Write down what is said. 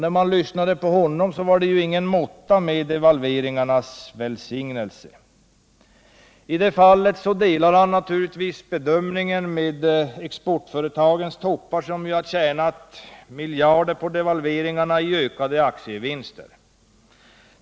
När man lyssnade till honom kunde man konstatera att det inte var någon måtta med devalveringarnas välsignelse. I det fallet delas naturligtvis hans bedömning av exportföretagens toppar som ju har tjänat miljarder på devalveringarna genom ökade aktievinster.